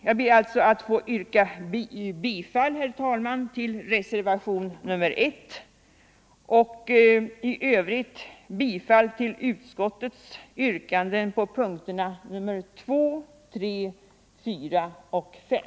Jag ber alltså, herr talman, att få yrka bifall till reservationen 1. I övrigt yrkar jag bifall till utskottets yrkanden under punkterna 2, 3, 4 och 5.